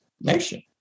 Nation